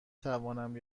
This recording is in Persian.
توانم